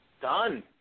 Done